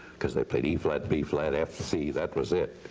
because they played e flat, b flat, f, c, that was it.